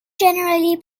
generally